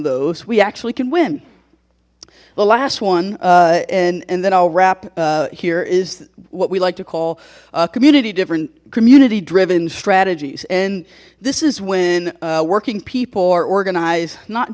those we actually can win the last one and and then i'll wrap here is what we like to call community different community driven strategies and this is when working people are organized not